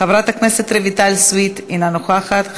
חברת הכנסת רויטל סויד, אינה נוכחת,